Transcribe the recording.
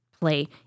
play